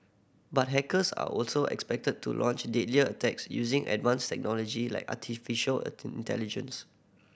but hackers are also expected to launch deadlier attacks using advanced technology like artificial intelligence